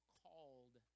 called